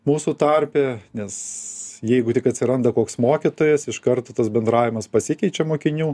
mūsų tarpe nes jeigu tik atsiranda koks mokytojas iš karto tas bendravimas pasikeičia mokinių